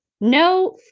no